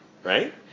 right